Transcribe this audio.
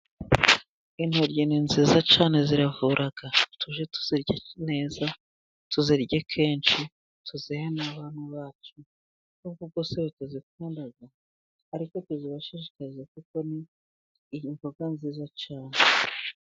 Intoryi ni nziza cyane ziravura. Tujye tuzirya neza tuzirye kenshi, tuzihe n'abana bacu, nubwo bwose batazikunda ariko tuzibashishikarize kuko ni mboga nziza cyane.